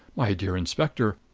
my dear inspector,